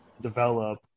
develop